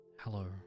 Hello